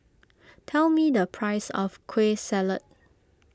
tell me the price of Kueh Salat